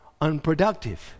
unproductive